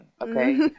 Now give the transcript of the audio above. Okay